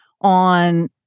on